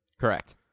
Correct